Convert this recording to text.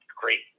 great